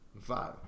Five